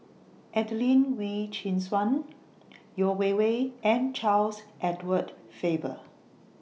Adelene Wee Chin Suan Yeo Wei Wei and Charles Edward Faber